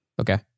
Okay